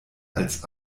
als